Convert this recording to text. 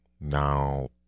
now